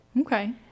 okay